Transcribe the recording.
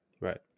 Right